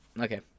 okay